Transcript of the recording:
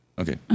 Okay